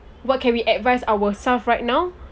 what can we advise ourself right now